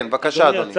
כן, בבקשה, אדוני.